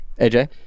AJ